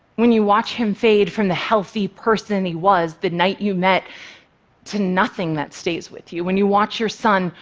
when you watch him fade from the healthy person he was the night you met to nothing, that stays with you. when you watch your son,